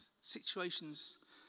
situations